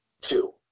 Two